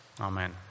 Amen